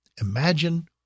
Imagine